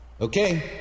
Okay